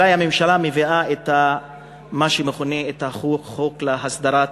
אולי הממשלה מביאה את מה שמכונה: החוק להסדרת